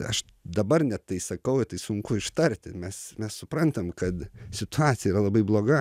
aš dabar net tai sakau ir tai sunku ištarti mes mes suprantam kad situacija yra labai bloga